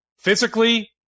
physically